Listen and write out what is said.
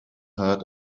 heard